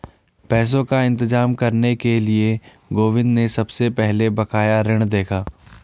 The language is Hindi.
पैसों का इंतजाम करने के लिए गोविंद ने सबसे पहले बकाया ऋण देखा